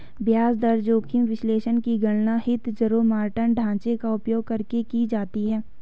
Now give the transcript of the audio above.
ब्याज दर जोखिम विश्लेषण की गणना हीथजारोमॉर्टन ढांचे का उपयोग करके की जाती है